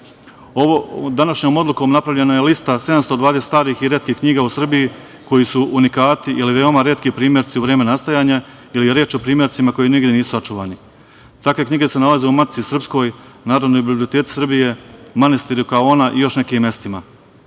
publikacija. Današnjom odlukom napravljena je lista 720 starih i retkih knjiga u Srbiji, koji su unikati ili veoma retki primerci u vreme nastajanja ili je reč o primercima koji nigde nisu sačuvani. Takve knjige se nalaze u Matici srpskoj, Narodnoj biblioteci Srbije, manastiru Kaona i još nekim mestima.